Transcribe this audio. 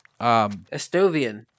Estovian